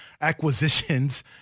acquisitions